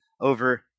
over